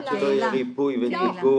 עד שלא יהיה ריפוי ותיקון,